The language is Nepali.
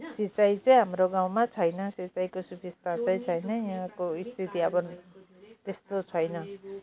सिँचाइ चाहिँ हाम्रो गाउँमा छैन सिँचाइको सुबिस्ता चाहिँ छैन यहाँको स्थिति अब त्यस्तो छैन